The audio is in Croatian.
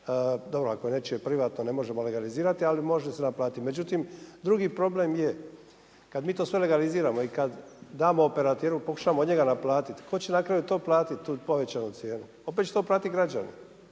dobro, ako je nečije privatno, ne možemo legalizirati, ali može se naplatiti. Međutim, drugi problem je kad mi to sve legaliziramo i kad damo operater, pokušamo od njega naplatiti, tko će na kraju to platiti, tu povećanu cijenu? Opet će to platiti građani.